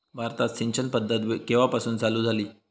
भारतात सिंचन पद्धत केवापासून चालू झाली?